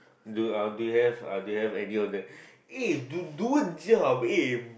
do uh do you have uh do you have any of them eh dude dude job eh